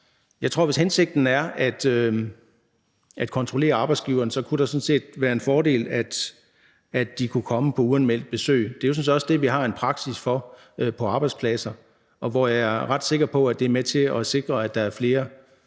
forhånd? Hvis hensigten er at kontrollere arbejdsgiveren, tror jeg sådan set, det kunne være en fordel, at de kunne komme på uanmeldt besøg. Det er jo sådan set også det, vi har en praksis for på arbejdspladser, hvor jeg er ret sikker på, at det er med til at sikre, at der er flere